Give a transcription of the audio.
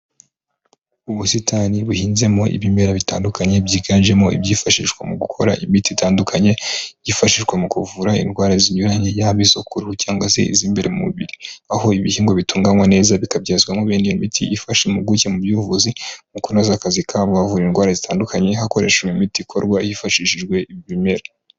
Ubusitani buhinzemo ibimera bitandukanye byiganjemo ibyifashishwa mu gukora imiti itandukanye yifashishwa mu kuvura indwara zinyuranye, yaba izo kuruhu cyangwa se iz'imbere mu mubiri. Aho ibihingwa bitunganywa neza bikabyazwamo bene iyo miti ifasha impuguke mu by'ubuvuzi mu kunoza akazi kabo bavura indwara zitandukanye hakoreshejwe imiti ikorwa hifashishijwe ibimera.